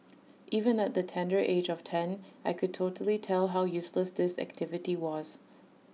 even at the tender age of ten I could totally tell how useless this activity was